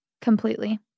completely